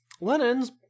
Lenin's